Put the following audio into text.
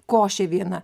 košė viena